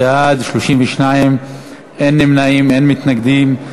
בעד, 32, אין נמנעים ואין מתנגדים.